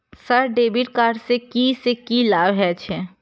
Sir debit card से की से की लाभ हे छे?